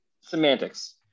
semantics